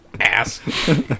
Ass